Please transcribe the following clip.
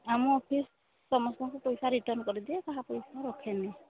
ଆମ ଅଫିସ୍ ସମସ୍ତଙ୍କ ପଇସା ରିଟର୍ଣ୍ଣ୍ କରିଦିଏ କାହା ପଇସା ରଖେନି